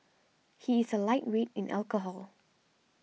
he is a lightweight in alcohol